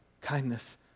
kindness